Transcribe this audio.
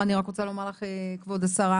אני רק רוצה לומר לך כבוד השרה,